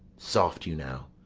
soft you now!